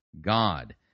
God